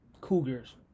cougars